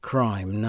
Crime